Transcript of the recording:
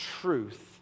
truth